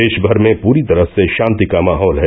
देष भर में पूरी तरह से षान्ति का माहौल है